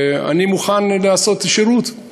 אני מוכן לעשות שירות,